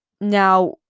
Now